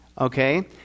okay